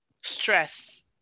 stress